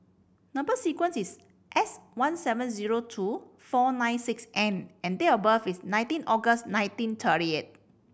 number sequence is S one seven zero two four nine six N and date of birth is nineteen August nineteen thirty eight